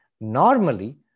Normally